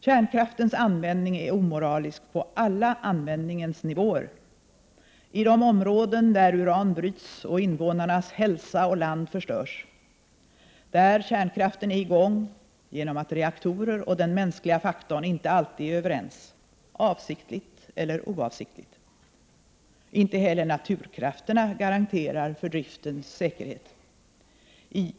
Kärnkraftens användning är omoralisk på alla användningens nivåer — i de områden där uran bryts och 59 invånarnas hälsa och land förstörs, i de områden där kärnkraften är i gång genom att reaktorer och den mänskliga faktorn inte alltid är överens, avsiktligt eller oavsiktligt; inte heller naturkrafterna garanterar för driftens säkerhet.